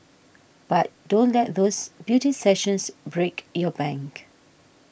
but don't let those beauty sessions break your bank